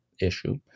issue